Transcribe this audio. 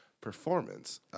performance